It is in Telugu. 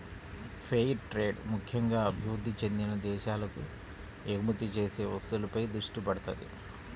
ఫెయిర్ ట్రేడ్ ముక్కెంగా అభివృద్ధి చెందిన దేశాలకు ఎగుమతి చేసే వస్తువులపై దృష్టి పెడతది